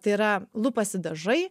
tai yra lupasi dažai